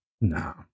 No